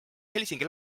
helsingi